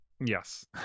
yes